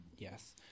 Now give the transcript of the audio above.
Yes